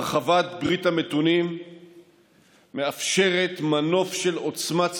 הרחבת ברית המתונים מאפשרת מנוף של עוצמה מאוחדת,